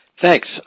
Thanks